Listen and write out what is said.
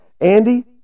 Andy